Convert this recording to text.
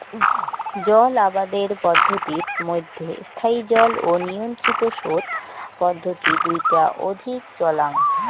জল আবাদের পদ্ধতিত মইধ্যে স্থায়ী জল ও নিয়ন্ত্রিত সোত পদ্ধতি দুইটা অধিক চলাং